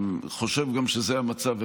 חושב שזה המצב,